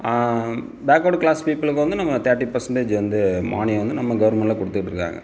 backward class பீப்புளுக்கு வந்து நம்ம தேர்ட்டி பர்சன்ட்டேஜ் வந்து மானியம் வந்து நம்ம கவர்மெண்ட்டில் கொடுத்துகிட்டு இருக்கிறாங்க